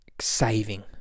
Saving